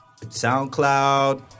SoundCloud